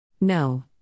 No